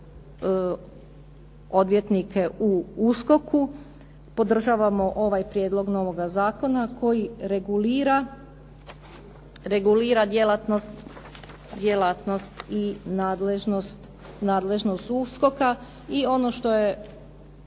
odvjetnike u USKOK-u podržavamo ovaj prijedlog novoga zakona koji regulira djelatnost i nadležnost USKOK-a. I ono što